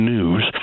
News